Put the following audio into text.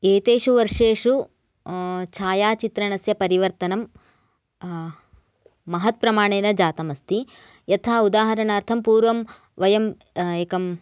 एतेषु वर्षेषु छायाचित्रणस्य परिवर्तनं महत् प्रमाणेन जातम् अस्ति यथा उदाहरणार्थं पूर्वं वयम् एकम्